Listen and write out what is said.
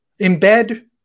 embed